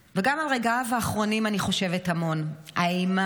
וגם על רגעיו האחרונים אני חושבת המון, האימה.